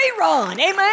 Amen